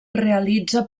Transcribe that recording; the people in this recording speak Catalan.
realitza